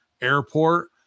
Airport